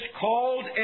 called